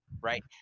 right